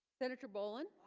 senator boland